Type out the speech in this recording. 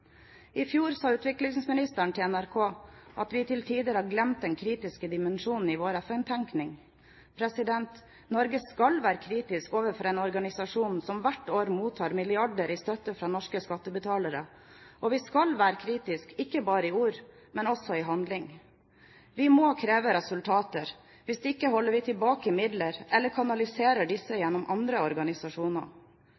I fjor sa utviklingsministeren til NRK at vi til tider har glemt den kritiske dimensjonen i vår FN-tenkning. Norge skal være kritisk overfor en organisasjon som hvert år mottar milliarder i støtte fra norske skattebetalere, og vi skal være kritiske, ikke bare i ord, men også i handling. Vi må kreve resultater. Hvis ikke holder vi tilbake midler eller kanaliserer disse